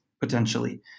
potentially